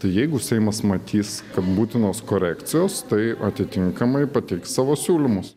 tai jeigu seimas matys kad būtinos korekcijos tai atitinkamai pateiks savo siūlymus